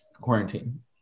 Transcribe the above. quarantine